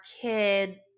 kid